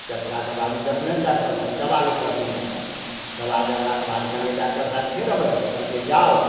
देखलाके बाद देखलनि डॉकटर साहेब दवा लिखलखिन बच्चाके दवा देलाके बाद कहलिए डॉकटर साहेब फेर अबैके छै कहलकै जाउ